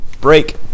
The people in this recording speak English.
break